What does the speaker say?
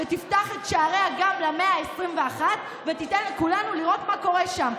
שתפתח את שעריה למאה ה-21 ותיתן לכולנו לראות מה קורה שם.